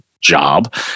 job